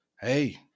hey